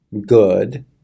good